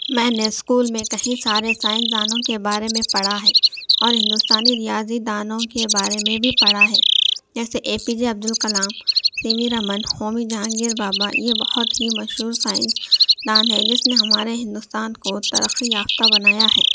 میں نے اسکول میں کہیں سارے سائنسدانوں کے بارے میں پڑھا ہے اور ہندوستانی ریاضی دانوں کے بارے میں بھی پڑھا ہے جیسے A P J Abdul Kalam C V Raman Homi Jehangir Bhabha یہ بہت ہی مشہور سائنس دان ہیں جس نے ہمارے ہندوستان کو ترقی ہافتہ بنایا ہے